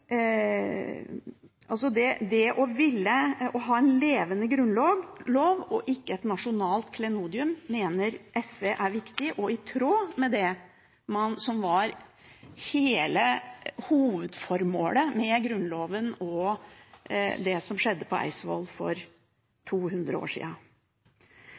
levende grunnlov og ikke et nasjonalt klenodium mener SV er viktig og i tråd med det som var hele hovedformålet med Grunnloven og det som skjedde på Eidsvoll for 200 år